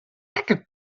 attaque